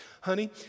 honey